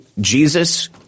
Jesus –